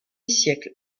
siècle